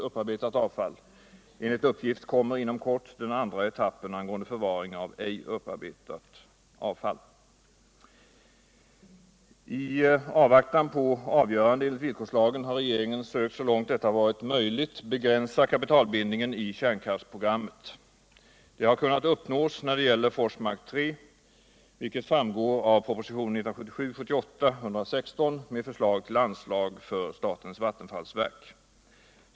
upparbetat avfall. Enligt uppgift kommer inom kort den andra etappen angående förvaring av ej upparbetat avfall. I avvaktan på avgörande enligt villkorslagen har regeringen sökt så långt detta varit möjligt begränsa kapitalbindningen i kärnkraftsprogrammet. Det har kunnat uppnås när det gäller Forsmark 3, vilket framgår av proposition 1977/78:116 med förslag till anslag för statens vattenfallsverk.